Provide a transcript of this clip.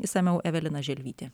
išsamiau evelina želvytė